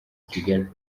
kigali